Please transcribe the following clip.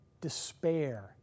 despair